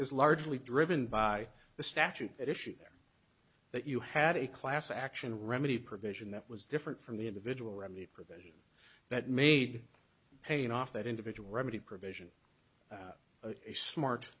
is largely driven by the statute that issue there that you had a class action remedy provision that was different from the individual rmy provision that made paying off that individual remedy provision a smart